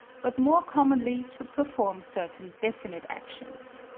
but more commonly to perform certain definite actions.